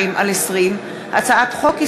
פ/1382/20 וכלה בהצעת חוק פ/1446/20,